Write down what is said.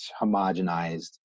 homogenized